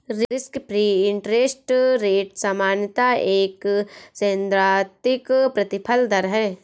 risk free interest rate सामान्यतः एक सैद्धांतिक प्रतिफल दर है